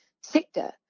sector